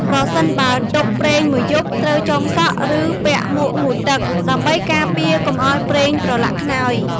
ប្រសិនបើទុកប្រេងមួយយប់ ត្រូវចងសក់ ឬពាក់មួកងូតទឹក ដើម្បីការពារកុំឲ្យប្រេងប្រឡាក់ខ្នើយ។